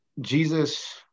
Jesus